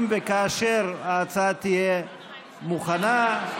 אם וכאשר ההצעה תהיה מוכנה,